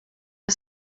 was